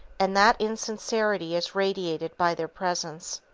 and that insincerity is radiated by their presence.